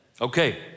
Okay